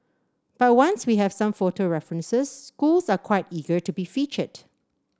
but once we have some photo references schools are quite eager to be featured